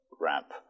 ramp